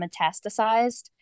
metastasized